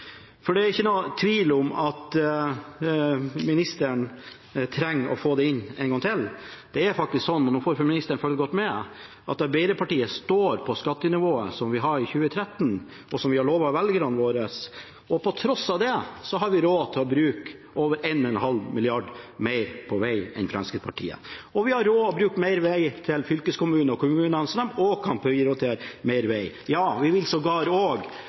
for det er ikke noen tvil om at ministeren trenger å få det inn en gang til. Det er faktisk sånn – og nå får ministeren følge godt med – at Arbeiderpartiet står på skattenivået som vi hadde i 2013, og som vi lovet velgerne våre. Til tross for det har vi råd til å bruke over 1,5 mrd. kr mer på veg enn Fremskrittspartiet. Vi har også brukt mer til fylkeskommunene og kommunene, så de også kan prioritere mer veg, ja, vi vil sågar